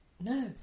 No